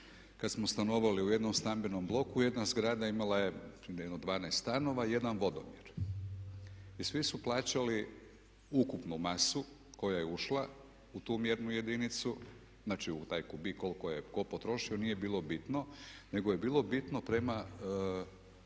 kad smo stanovali u jednom stambenom bloku jedna zgrada imala je jedno 12 stanova i 1 vodomjer. I svi su plaćali ukupnu masu koja je ušla u tu mjernu jedinicu, znači u taj kubik koliko je tko potrošio, nije bilo bitno nego je bilo bitno prema